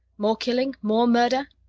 more killing, more murder?